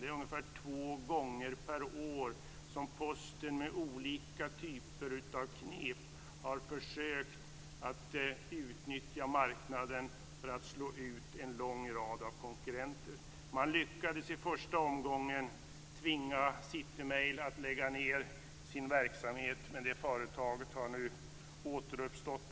Det är ungefär två gånger per år som Posten med olika typer av knep har försökt utnyttja marknaden för att slå ut en lång rad konkurrenter. Man lyckades i första omgången tvinga City Mail att lägga ned sin verksamhet, men det företaget har nu återuppstått.